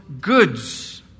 goods